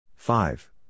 Five